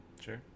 sure